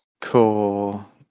Cool